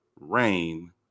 rain